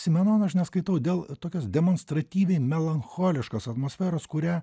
simenono aš neskaitau dėl tokios demonstratyviai melancholiškos atmosferos kurią